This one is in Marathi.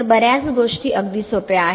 तर बर्याच गोष्टी अगदी सोप्या आहेत